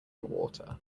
water